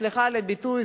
סליחה על הביטוי,